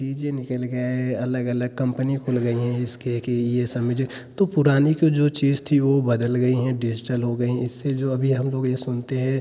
D J निकल गया है अलग अलग कम्पनी खुल गई है जिसके की यह समझे तो पुरानी को जो चीज़ थी वह बदल गई है डिजिटल हो गई इससे जो अभी हम लोग यह सुनते हैं